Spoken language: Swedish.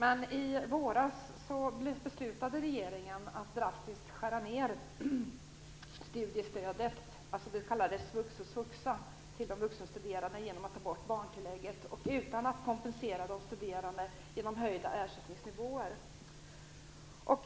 Men i våras beslutade regeringen att drastiskt skära ned studiestödet, det s.k. svux och svuxa, till de vuxenstuderande genom att ta bort barntillägget och utan att kompensera de studerande genom höjda ersättningsnivåer.